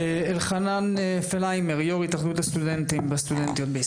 אלחנן פלהיימר יו"ר התאחדות הסטודנטים והסטודנטיות בישראל.